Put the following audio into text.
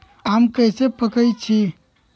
आम कईसे पकईछी?